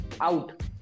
out